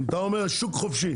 אתה אומר שוק חופשי.